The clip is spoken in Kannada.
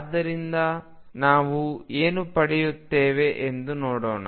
ಆದ್ದರಿಂದ ಇದರಿಂದ ನಾವು ಏನು ಪಡೆಯುತ್ತೇವೆ ಎಂದು ನೋಡೋಣ